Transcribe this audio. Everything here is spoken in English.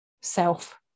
self